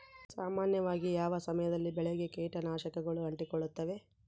ಸಾಮಾನ್ಯವಾಗಿ ಯಾವ ಸಮಯದಲ್ಲಿ ಬೆಳೆಗೆ ಕೇಟನಾಶಕಗಳು ಅಂಟಿಕೊಳ್ಳುತ್ತವೆ?